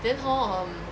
then hor um